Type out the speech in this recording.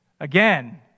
Again